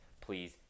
please